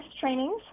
trainings